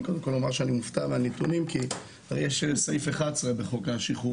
אני קודם כל אומר שאני מופתע מהנתונים כי יש את סעיף 11 בחוק השחרור